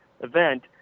event